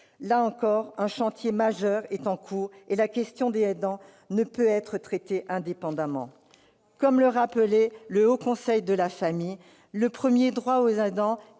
Là encore, un chantier majeur est en cours, et la question des aidants ne peut être traitée indépendamment de lui. Comme l'a souligné le Haut Conseil de la famille, « le premier droit des aidants